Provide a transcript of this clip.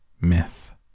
Myth